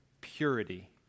purity